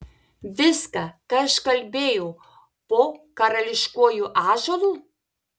viską ką aš kalbėjau po karališkuoju ąžuolu